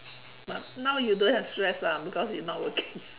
but now you don't have stress lah because you not working